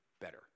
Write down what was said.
better